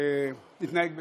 ויתנהג בהתאם.